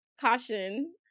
caution